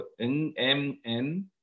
NMN